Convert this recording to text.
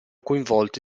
coinvolti